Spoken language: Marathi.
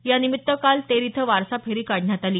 यानिमित्त काल तेर इथ वारसा फेरी काढण्यात आली